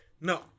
No